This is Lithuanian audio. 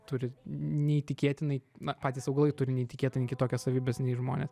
turi neįtikėtinai na patys augalai turi neįtikėtinai kitokias savybes nei žmonės